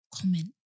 comment